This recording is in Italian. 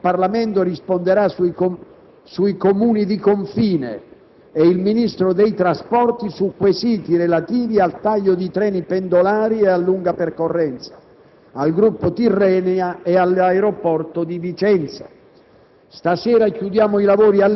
il Ministro per i rapporti con il Parlamento risponderà sui Comuni di confine e il Ministro dei trasporti su quesiti relativi al taglio di treni pendolari e a lunga percorrenza, al gruppo Tirrenia e all'aeroporto di Vicenza.